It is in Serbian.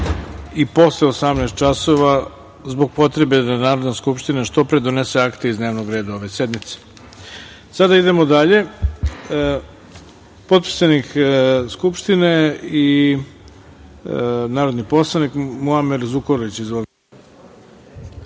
i posle 18 časova zbog potrebe da Narodna skupština što pre donese akte iz dnevnog reda ove sednice. Sada idemo dalje. Potpredsednik Skupštine i narodni poslanik Muamer Zukorlić. Izvolite.